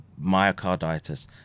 myocarditis